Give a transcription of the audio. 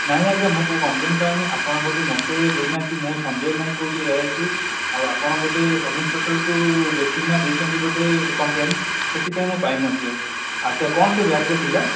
ନାହିଁ ଆଜ୍ଞା ମୁଁ କେଉଁ କମ୍ପଲେନ୍ ପାଇନାହିଁ ଆପଣ ବୋଧେ ମୋତେ ଦେଇନାହାନ୍ତି ମୁଁ ସଞ୍ଜୟ ନାୟକ କହୁଛି ଏ ଆଇ ସି ଆଉ ଆପଣ ବୋଧେ ସବ୍ ଇନ୍ସପେକ୍ଟରଙ୍କୁ ଲେଖିକି ଦେଇଛନ୍ତି ବୋଧେ କମ୍ପଲେନ୍ ସେଥିପାଇଁ ମୁଁ ପାଇନାହିଁ ଆଜ୍ଞା ଆଚ୍ଛା କ'ଣ ସେ ବ୍ୟାଗରେ ଥିଲା